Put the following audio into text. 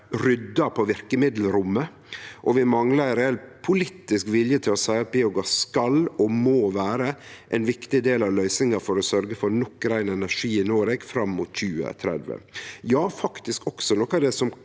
rydda på verkemiddelrommet. Vi manglar ein reell politisk vilje til å seie at biogass skal og må vere ein viktig del av løysinga for å sørgje for nok rein energi i Noreg fram mot 2030 – faktisk også noko av det som